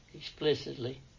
explicitly